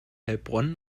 heilbronn